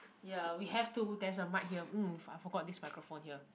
ya we have to there's a mic here mm move I forgot this microphone here